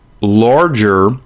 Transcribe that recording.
larger